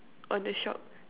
on the shop